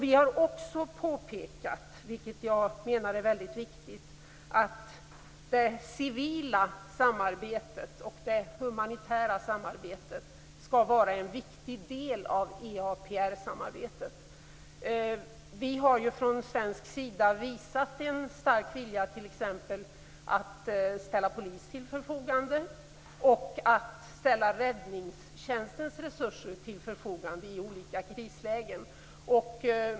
Vi har också påpekat, vilket jag menar är väldigt viktigt, att det civila samarbetet och det humanitära samarbetet skall vara en viktig del av EAPR samarbetet. Vi har från svensk sida visat en stark vilja t.ex. att ställa polis till förfogande och att ställa räddningstjänstens resurser till förfogande i olika krislägen.